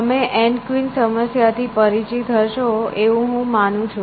તમે N queen સમસ્યાથી પરિચિત હશો એવું હું માનું છું